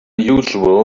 usual